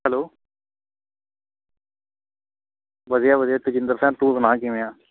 hello ਵਧੀਆ ਵਧੀਆ ਤਜਿੰਦਰ ਸਿਹਾਂ ਤੂੰ ਸੁਣਾ ਕਿਵੇਂ ਆ